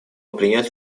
принять